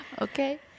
okay